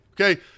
Okay